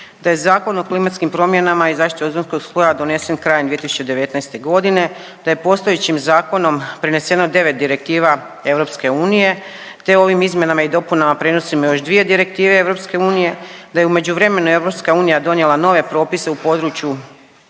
da je Zakon o klimatskim promjenama i zaštiti ozonskog sloja donesen krajem 2019. godine, da je postojećim zakonom preneseno 9 direktiva EU, te ovim izmjenama i dopunama prenosimo još 2 direktive EU. Da je u međuvremenu EU donijela nove propise u području EU